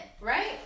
right